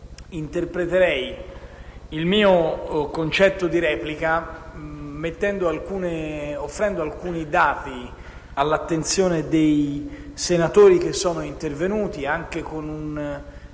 interpreterei il mio concetto di replica offrendo alcuni dati all'attenzione dei senatori che sono intervenuti, anche con un